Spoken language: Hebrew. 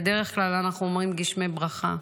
בדרך כלל אנחנו אומרים "גשמי ברכה"